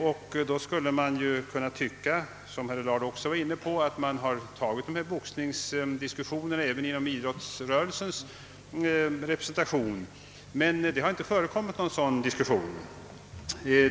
Man skulle då kunna tycka — vilket också herr Allard var inne på — att det måste ha förekommit boxningsdiskussioner även inomidrottsrörelsen, men det har inte förekommit någon sådan diskussion.